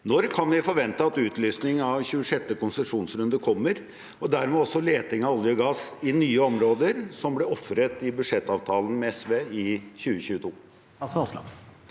Når kan vi forvente at utlysning av 26. konsesjonsrunde kommer, og dermed også at vi får leting etter olje og gass i nye områder, noe som ble ofret i budsjettavtalen med SV i 2022?